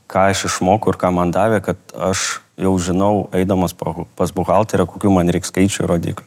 ką aš išmokau ir ką man davė kad aš jau žinau eidamas pro pas buhalterę kokių man reik skaičių ir rodiklių